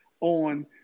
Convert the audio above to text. on